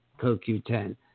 CoQ10